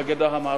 בגדה המערבית.